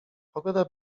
pogoda